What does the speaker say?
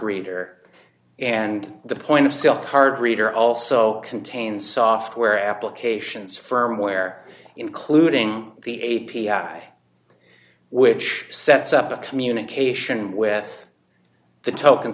reader and the point of sale card reader also contains software applications firmware including the a p i which sets up a communication with the token